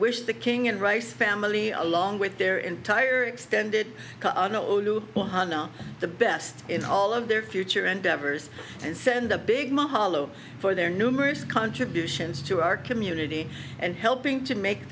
wish the king and race family along with their entire extended the best in all of their future endeavors and send a big mahalo for their numerous contributions to our community and helping to make